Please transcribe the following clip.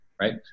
right